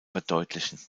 verdeutlichen